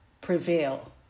prevail